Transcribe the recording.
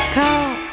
call